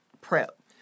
PrEP